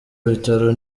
bitaro